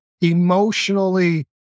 emotionally